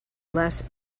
less